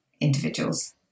individuals